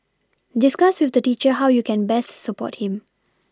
discuss with the teacher how you can best support him